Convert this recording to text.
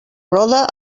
roda